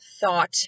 thought